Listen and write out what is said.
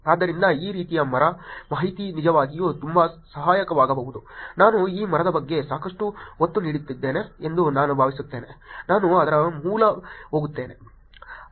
ಆದ್ದರಿಂದ ಈ ರೀತಿಯ ಮರ ಮಾಹಿತಿಯು ನಿಜವಾಗಿಯೂ ತುಂಬಾ ಸಹಾಯಕವಾಗಬಹುದು ನಾನು ಈ ಮರದ ಬಗ್ಗೆ ಸಾಕಷ್ಟು ಒತ್ತು ನೀಡಿದ್ದೇನೆ ಎಂದು ನಾನು ಭಾವಿಸುತ್ತೇನೆ ನಾನು ಅದರ ಮೂಲಕ ಹೋಗುತ್ತೇನೆ